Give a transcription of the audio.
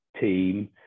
team